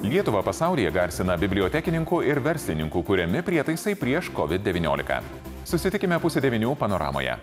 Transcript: lietuvą pasaulyje garsina bibliotekininkų ir verslininkų kuriami prietaisai prieš covid devyniolika susitikime pusę devynių panoramoje